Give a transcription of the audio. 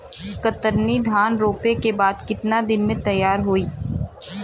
कतरनी धान रोपे के बाद कितना दिन में तैयार होई?